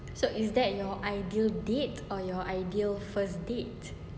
so is that your ideal date or your ideal first date